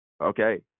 Okay